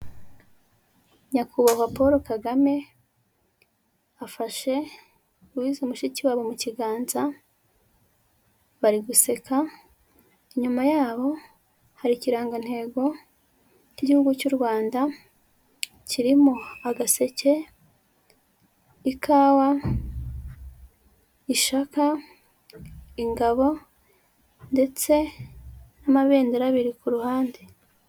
Nyakubahwa Paul KAGAME afashe Louise MUSHIKIWABO mu kiganza, bari guseka inyuma yabo hari ikirangantego cy'igihugu cy'u Rwanda kirimo: agaseke, ikawa, ishaka, ingabo ndetse n'amabendera abiri ku ruhande.